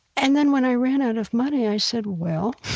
and then when i ran out of money i said, well,